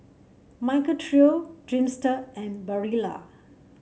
Michael Trio Dreamster and Barilla